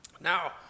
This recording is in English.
Now